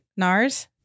NARS